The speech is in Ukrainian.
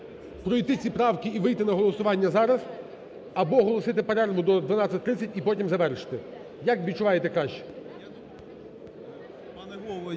пройти ці правки і вийти на голосування зараз, або оголосити перерву до 12.30 і потім завершити. Як, відчуваєте, краще?